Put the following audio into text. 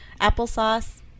Applesauce